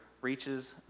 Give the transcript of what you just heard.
reaches